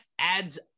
adds